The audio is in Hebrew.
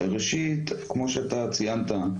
ראשונה, כמו שאתה ציינת,